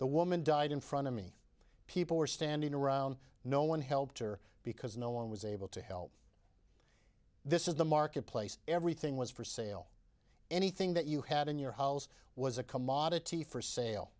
the woman died in front of me people were standing around no one helped her because no one was able to help this is the marketplace everything was for sale anything that you had in your house was a commodity for sale